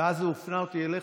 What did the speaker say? ואז הוא הפנה אותי אליך,